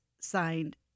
signed